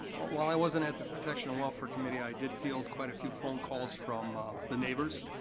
while i wasn't at the protection and welfare committee, i did field quite a few phone calls from the neighbors.